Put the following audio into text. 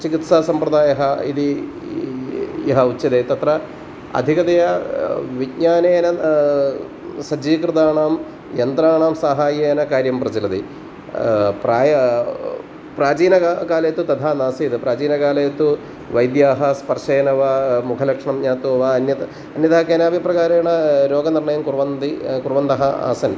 चिकित्सा सम्प्रदायः इति यः उच्यते तत्र अधिकतया विज्ञानेन सज्जीकृतानां यन्त्राणां सहाय्येन कार्यं प्रचलति प्रायः प्राचीनकाले तु तथा नासीत् प्राचीनकाले तु वैद्याः स्पर्शेन वा मुखलक्षणं ज्ञात्वा वा अन्यत् अन्यथा केनापि प्रकारेण रोगनिर्णयं कुर्वन्ति कुर्वन्तः आसन्